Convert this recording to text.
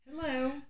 Hello